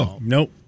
Nope